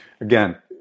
again